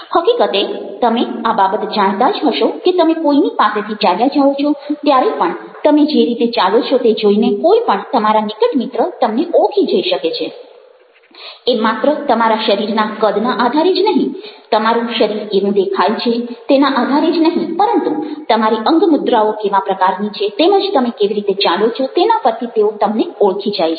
હકીકતે તમે આ બાબત જાણતા જ હશો કે તમે કોઈની પાસેથી ચાલ્યા જાઓ છો ત્યારે પણ તમે જે રીતે ચાલો છો તે જોઈને કોઈ પણ તમારા નિકટ મિત્ર તમને ઓળખી જઈ શકે છે એ માત્ર તમારા શરીરના કદના આધારે જ નહિ તમારું શરીર કેવું દેખાય છે તેના આધારે જ નહિ પરંતુ તમારી અંગમુદ્રાઓ કેવા પ્રકારની છે તેમજ તમે કેવી રીતે ચાલો છો તેના પરથી તેઓ તમને ઓળખી જાય છે